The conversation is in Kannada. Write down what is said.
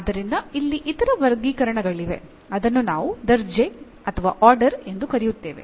ಆದ್ದರಿಂದ ಇಲ್ಲಿ ಇತರ ವರ್ಗೀಕರಣಗಳಿವೆ ಅದನ್ನು ನಾವು ದರ್ಜೆ ಎಂದು ಕರೆಯುತ್ತೇವೆ